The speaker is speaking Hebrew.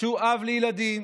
שהוא אב לילדים